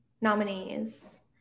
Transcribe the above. nominees